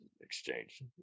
exchange